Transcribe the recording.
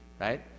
right